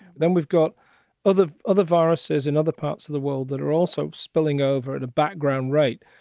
then we've got other other viruses in other parts of the world that are also spilling over at a background. right.